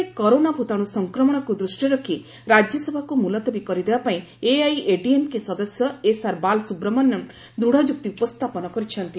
ଦେଶରେ କରୋନା ଭୂତାଣୁ ସଂକ୍ରମଣକୁ ଦୃଷ୍ଟିରେ ରଖି ରାଜ୍ୟସଭାକୁ ମ୍ବଲତବୀ କରିଦବା ପାଇଁ ଏଆଇଏଡିଏମ୍କେ ସଦସ୍ୟ ଏସ୍ଆର୍ ବାଲସୁବ୍ରମନ୍ୟନ୍ ଦୂଢ଼ ଯୁକ୍ତି ଉପସ୍ଥାପନ କରିଛନ୍ତି